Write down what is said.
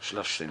שלב שני